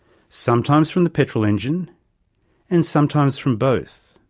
sometimes from the petrol engine and sometimes from both.